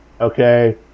Okay